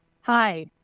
Hi